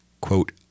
quote